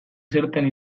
zertan